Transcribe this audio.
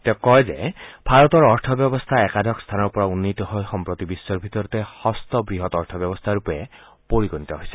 তেওঁ কয় যে ভাৰতৰ অৰ্থব্যৱস্থা একাদশ স্থানৰ পৰা উন্নীত হৈ সম্প্ৰতি বিশ্বৰ ভিতৰতে ষষ্ঠ বৃহৎ অৰ্থ ব্যৱস্থাৰূপে পৰিগণিত হৈছে